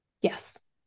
Yes